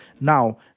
Now